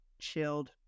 chilled